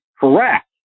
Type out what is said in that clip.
correct